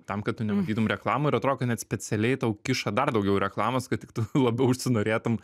tam kad tu nematytum reklamų ir atrodo kad net specialiai tau kiša dar daugiau reklamos kad tik tu labiau užsinorėtum